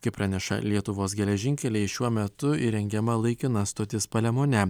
kaip praneša lietuvos geležinkeliai šiuo metu įrengiama laikina stotis palemone